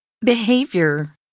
Behavior